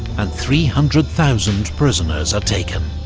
and three hundred thousand prisoners are taken.